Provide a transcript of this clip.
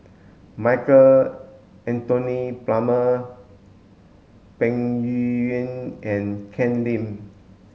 Michael Anthony Palmer Peng Yuyun and Ken Lim